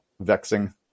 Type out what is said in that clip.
vexing